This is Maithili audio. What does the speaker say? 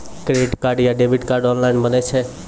क्रेडिट कार्ड या डेबिट कार्ड ऑनलाइन बनै छै?